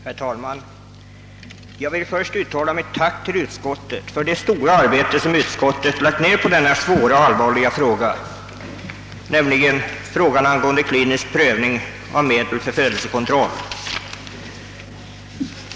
Herr talman! Jag vill först uttala mitt tack till utskottet för det stora arbete som det lagt ned på denna svåra och allvarliga fråga, nämligen frågan angående klinisk prövning av medel till födelsekontroll.